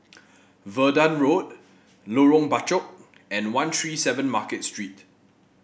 Verdun Road Lorong Bachok and One Three Seven Market Street